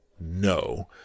No